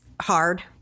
hard